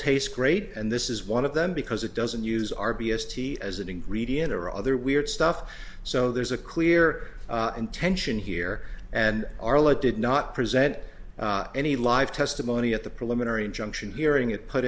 taste great and this is one of them because it doesn't use our b s t as an ingredient or other weird stuff so there's a clear intention here and our lead did not present any live testimony at the preliminary injunction hearing it put